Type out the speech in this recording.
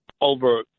over